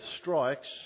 strikes